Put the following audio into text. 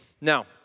Now